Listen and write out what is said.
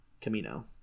Camino